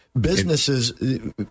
businesses